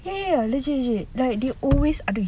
ya ya legit legit like they always did